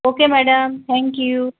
okay madam thank you